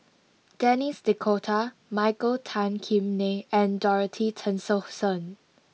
Denis D'Cotta Michael Tan Kim Nei and Dorothy Tessensohn